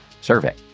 survey